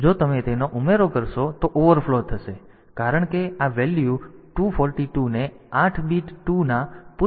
તેથી જો તમે તેને ઉમેરશો તો ઓવરફ્લો થશે કારણ કે આ વેલ્યુ 242ને 8 બીટ ટુના પૂરક ફોર્મેટમાં રજૂ કરી શકાતી નથી